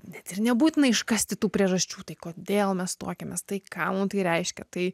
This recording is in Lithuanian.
net ir nebūtina iškasti tų priežasčių tai kodėl mes tuokiamės tai ką mum tai reiškia tai